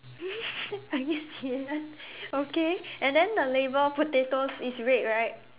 I guess ya okay and then the label of potato is red right